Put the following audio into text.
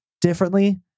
differently